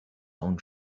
own